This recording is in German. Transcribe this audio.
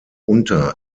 unter